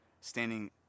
standing